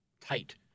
tight